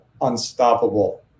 unstoppable